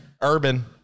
urban